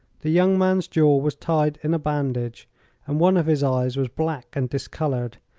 the young man's jaw was tied in a bandage and one of his eyes was black and discolored.